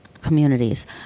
communities